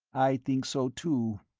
i think so, too.